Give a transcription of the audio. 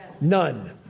None